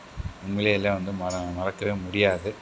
உண்மையிலேயே எல்லாம் வந்து மறக்கவே முடியாது